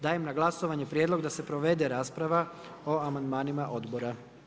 Dajem na glasovanje prijedlog da se provede rasprava o amandmanima odbora.